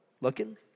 looking